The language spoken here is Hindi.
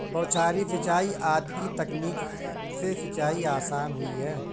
बौछारी सिंचाई आदि की तकनीक से सिंचाई आसान हुई है